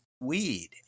weed